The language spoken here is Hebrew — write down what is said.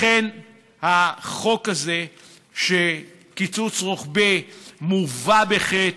לכן החוק הזה של קיצוץ רוחבי מובא בחטא,